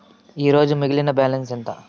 ఈరోజు మిగిలిన బ్యాలెన్స్ ఎంత?